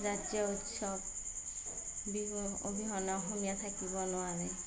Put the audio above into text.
জাতীয় উৎসৱ বিহুৰ অবিহনে অসমীয়া থাকিব নোৱাৰে